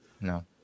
no